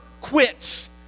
quits